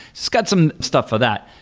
it's got some stuff for that.